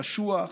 קשוח,